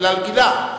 בגלל גילה.